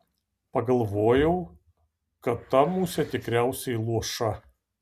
pagalvojau kad ta musė tikriausiai luoša